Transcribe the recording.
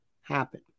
happen